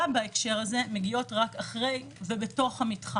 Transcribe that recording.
בהקשר הזה מגיעות רק אחרי ובתוך המתחם.